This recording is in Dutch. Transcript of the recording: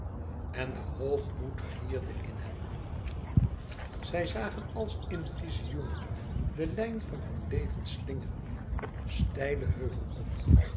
en de hoogmoed gierde in hen op zij zagen als in vizioen de lijn van hun leven slingeren steilen heuvel op